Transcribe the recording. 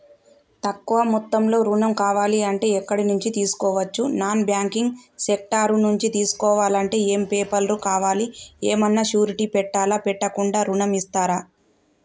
తక్కువ మొత్తంలో ఋణం కావాలి అంటే ఎక్కడి నుంచి తీసుకోవచ్చు? నాన్ బ్యాంకింగ్ సెక్టార్ నుంచి తీసుకోవాలంటే ఏమి పేపర్ లు కావాలి? ఏమన్నా షూరిటీ పెట్టాలా? పెట్టకుండా ఋణం ఇస్తరా?